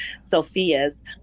Sophia's